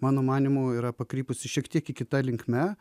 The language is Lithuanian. mano manymu yra pakrypusi šiek tiek į kita linkme